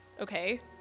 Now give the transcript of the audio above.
Okay